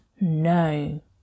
no